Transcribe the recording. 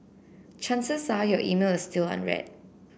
chances are your email is still unread